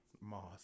Moss